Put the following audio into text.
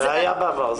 זה היה בעבר.